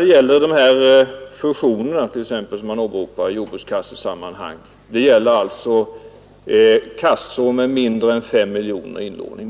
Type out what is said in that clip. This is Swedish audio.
det gäller t.ex. de fusioner som man åberopar i jordbrukskassesammanhang rör det sig om kassor med mindre än 5 miljoner kronor i inlåning.